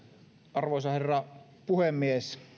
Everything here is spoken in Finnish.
arvoisa herra puhemies